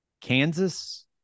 Kansas